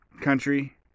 country